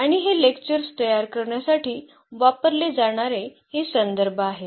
आणि हे लेक्चर्स तयार करण्यासाठी वापरले जाणारे हे संदर्भ आहेत